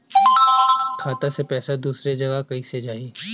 खाता से पैसा दूसर जगह कईसे जाई?